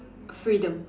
freedom